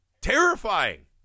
Terrifying